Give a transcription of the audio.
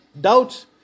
doubts